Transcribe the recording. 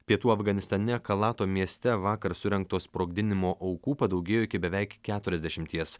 pietų afganistane kalato mieste vakar surengto sprogdinimo aukų padaugėjo iki beveik keturiasdešimties